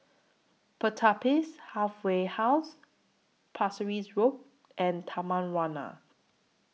Pertapis Halfway House Pasir Ris Road and Taman Warna